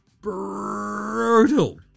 brutal